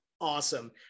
awesome